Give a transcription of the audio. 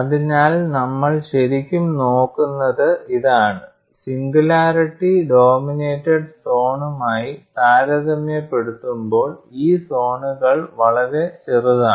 അതിനാൽ നമ്മൾ ശരിക്കും നോക്കുന്നത് ഇതാണ് സിംഗുലാരിറ്റി ഡോമിനേറ്റഡ് സോണുമായി താരതമ്യപ്പെടുത്തുമ്പോൾ ഈ സോണുകൾ വളരെ ചെറുതാണ്